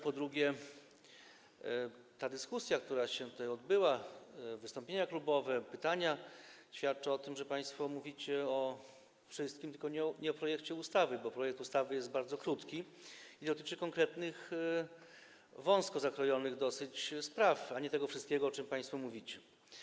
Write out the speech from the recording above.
Po drugie, dyskusja, która się tutaj odbyła, wystąpienia klubowe, pytania świadczą o tym, że państwo mówicie o wszystkim, tylko nie o projekcie ustawy, bo projekt ustawy jest bardzo krótki i dotyczy konkretnych, dosyć wąsko zakrojonych spraw, a nie tego wszystkiego, o czym państwo mówicie.